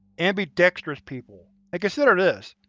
ambidextrous people, and consider this,